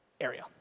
area